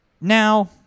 Now